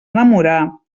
enamorar